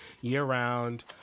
year-round